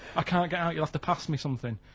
i can't get out, you'll have to pass me something.